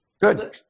Good